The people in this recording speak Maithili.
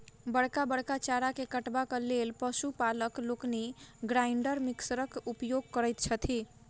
बड़का बड़का चारा के काटबाक लेल पशु पालक लोकनि ग्राइंडर मिक्सरक उपयोग करैत छथि